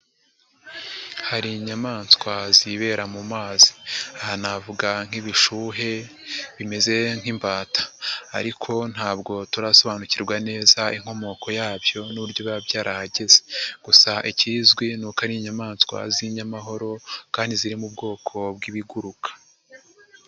Hari inyamaswa zibera mu mazi aha navuga nk'ibishuhe bimeze nk'imbata ariko ntabwo turasobanukirwa neza inkomoko yabyo n'uburyo biba byarahageze. Gusa ikizwi ni uko ari inyamaswa z'inyamahoro kandi ziri mu bwoko bw'ibiguruka.